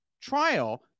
trial